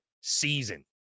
season